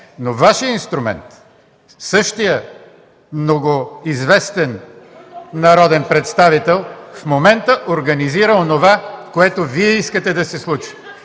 Но Вашият инструмент, същият много известен народен представител, в момента организира онова, което Вие искате да се случи.